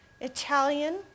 Italian